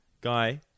Guy